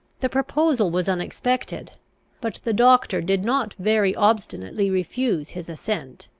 the proposal was unexpected but the doctor did not very obstinately refuse his assent.